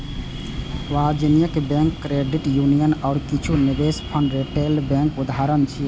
वाणिज्यिक bank, credit union आ किछु निवेश फंड रिटेल बैंकक उदाहरण छियै